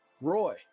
Roy